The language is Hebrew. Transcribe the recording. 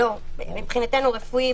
מבחינתנו רפואי,